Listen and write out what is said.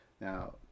Now